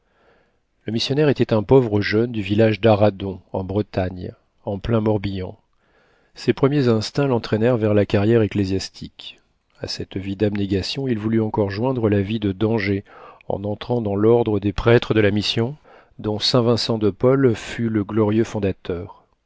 le missionnaire était un pauvre jeune du village d'aradon en bretagne en plein morbihan ses premiers instincts l'entraînèrent vers la carrière ecclésiastique à cette vie d'abnégation il voulut encore joindre la vie de danger en entrant dans l'ordre des prêtres de la mission dont saint vincent de paul fut le glorieux fondateur